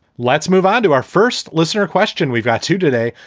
let's move on to our first listener question. we've got to today.